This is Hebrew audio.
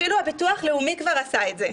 אפילו הביטוח הלאומי כבר עשה את זה.